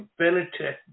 Benetech